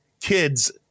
kids